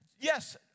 yes